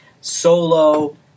Solo